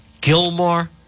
Gilmore